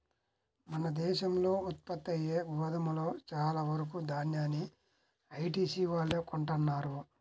మన దేశంలో ఉత్పత్తయ్యే గోధుమలో చాలా వరకు దాన్యాన్ని ఐటీసీ వాళ్ళే కొంటన్నారు